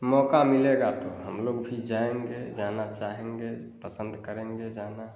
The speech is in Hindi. मौका मिलेगा तो हमलोग जाएंगे जाना चाहेंगे पसंद करेंगे जाना